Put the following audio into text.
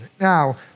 Now